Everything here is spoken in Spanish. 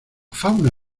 fauna